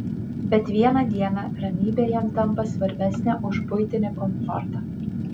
bet vieną dieną ramybė jam tampa svarbesnė už buitinį komfortą